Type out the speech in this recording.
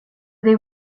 they